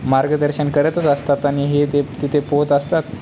मार्गदर्शन करतच असतात आणि हे ते तिथे पोहत असतात